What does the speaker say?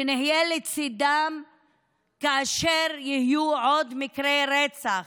שנהיה לצידם כאשר יהיו עוד מקרי רצח,